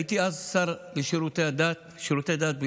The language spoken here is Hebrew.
הייתי אז שר לשירותי הדת בישראל.